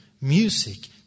music